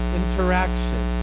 interaction